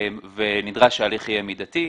לכן נדרש שההליך יהיה מידתי.